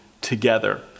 together